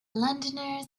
londoners